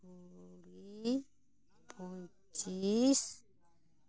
ᱠᱩᱲᱤ ᱯᱚᱸᱪᱤᱥ